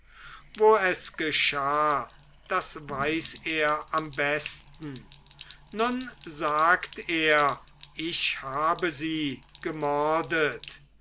wo es geschah das weiß er am besten nun sagt er ich habe sie gemordet